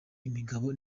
imigabo